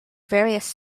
various